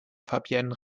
fabienne